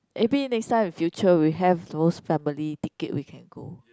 maybe next time in future we have those family ticket we can go